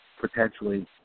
potentially